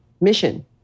mission